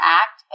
act